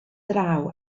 draw